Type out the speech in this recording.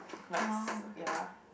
like s~ ya